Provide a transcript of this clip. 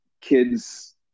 kids